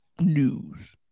news